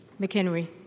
McHenry